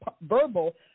verbal